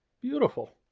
Beautiful